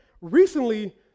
recently